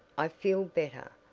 i feel better.